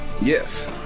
Yes